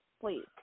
please